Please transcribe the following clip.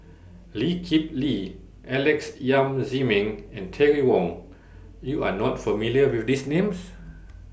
Lee Kip Lee Alex Yam Ziming and Terry Wong YOU Are not familiar with These Names